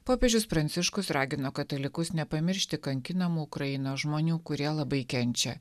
popiežius pranciškus ragino katalikus nepamiršti kankinamų ukrainos žmonių kurie labai kenčia